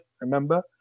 remember